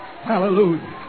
Hallelujah